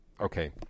okay